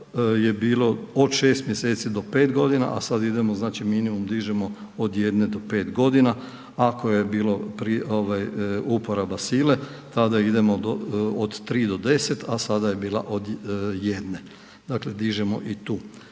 je bilo od 6 mj. do 5 g. a sada idemo, znači minimum dižemo od 1 do 5 g., ako je bilo uporaba sile, tada idemo od 3 do 10 a sada je bila od 1, dakle dižemo i tu